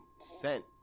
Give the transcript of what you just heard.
sent